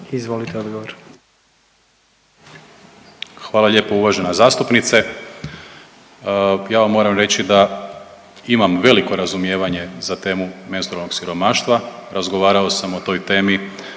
Marko** Hvala lijepo uvažena zastupnice. Ja vam moram reći da imam veliko razumijevanje za temu menstrualnog siromaštva, razgovarao sam o toj temi